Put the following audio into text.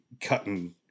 cutting